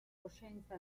coscienza